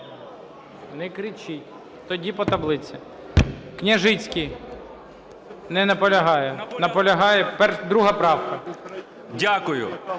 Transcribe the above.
Не кричіть. Тоді по таблиці. Княжицький, не наполягає. Наполягає, 2 правка.